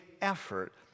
effort